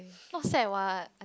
not sad what